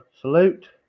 salute